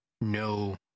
no